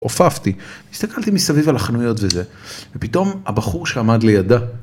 עופפתי, הסתכלתי מסביב על החנויות וזה, ופתאום הבחור שעמד לידה.